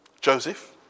Joseph